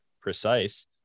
precise